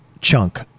chunk